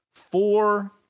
four